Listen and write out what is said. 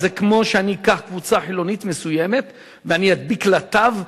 זה כמו שאני אקח קבוצה חילונית מסוימת ואני אדביק לה תו,